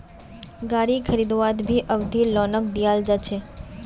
गारी खरीदवात भी अवधि लोनक दियाल जा छे